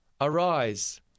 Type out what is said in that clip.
arise